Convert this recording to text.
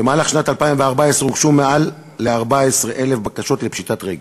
במהלך שנת 2014 הוגשו מעל 14,000 בקשות לפשיטת רגל,